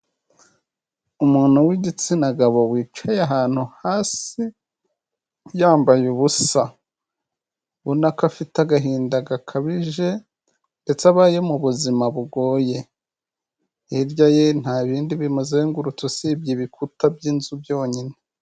Umuntu w'igitsina gabo wicaye ahantu hasi, yambaye ubusa. Ubona ko afite agahinda gakabije ndetse abaye mu buzima bugoye, hirya ye nta bindi bimuzengurutse usibye ibikuta by'inzu byonyine.